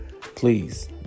please